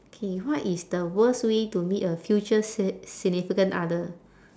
K what is the worst way to meet a future si~ significant other